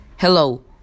Hello